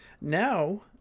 Now